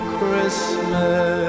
Christmas